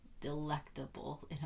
delectable